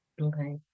okay